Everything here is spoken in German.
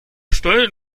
steuert